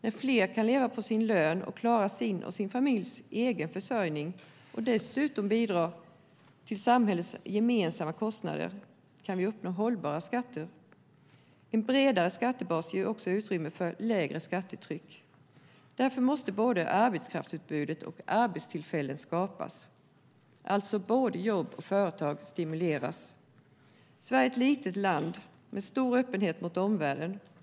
När fler kan leva på sin lön och klara sin och sin familjs försörjning och dessutom bidra till samhällets gemensamma kostnader kan vi uppnå hållbara skatter. En bredare skattebas ger också utrymme för lägre skattetryck. Därför måste både arbetskraftsutbud och arbetstillfällen skapas, alltså både jobb och företag stimuleras. Sverige är ett litet land med stor öppenhet mot omvärlden.